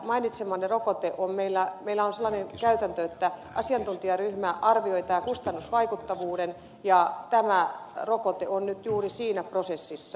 mainitsemanne rokote meillä on sellainen käytäntö että asiantuntijaryhmä arvioi tämän kustannusvaikuttavuuden ja tämä rokote on nyt juuri siinä prosessissa